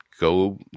go